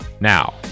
Now